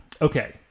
Okay